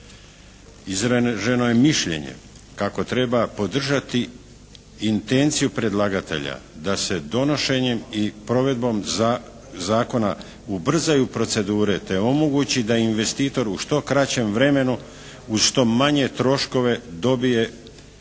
Izraženo je mišljenje kako treba podržati intenciju predlagatelja da se donošenjem i provedbom zakona ubrzaju procedure te omogući da investitor u što kraćem vremenu uz što manje troškove dobije povratnu